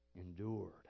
endured